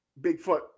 Bigfoot